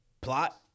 plot